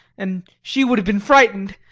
and she would have been frightened,